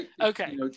Okay